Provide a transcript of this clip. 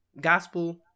Gospel